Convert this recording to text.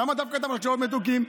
למה דווקא את המשקאות המתוקים?